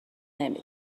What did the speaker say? نمی